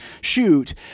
shoot